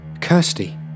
Kirsty